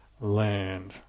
land